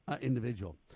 individual